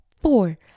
four